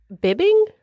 Bibbing